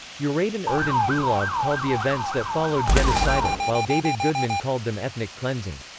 yeah uradyn erden bulag called the events that followed genocidal, while david goodman called them ethnic cleansing.